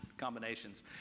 combinations